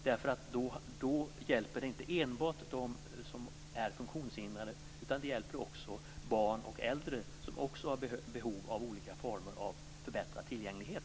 Då hjälper det inte enbart dem som är funktionshindrade, utan det hjälper även barn och äldre som också har behov av olika former av förbättrad tillgänglighet.